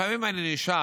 לפעמים אני נשאל